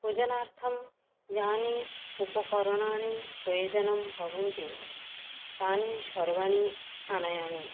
पुजनार्थं यानी उपकरणानि प्रयोजनं भवन्ति तानि सर्वाणि आनयामि